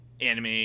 anime